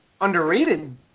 Underrated